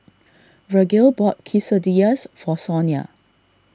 Vergil bought Quesadillas for Sonia